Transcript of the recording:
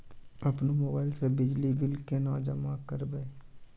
अपनो मोबाइल से बिजली बिल केना जमा करभै?